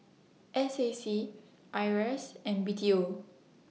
S A C IRAS and B T O